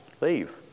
leave